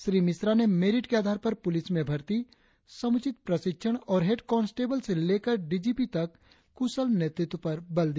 श्री मिश्रा ने मेरिट के आधार पर पुलिस में भर्ती समुचित प्रशिक्षण और हेड कंस्टेबल से लेकर डी जी पी तक कुशल नेतृत्व पर बल दिया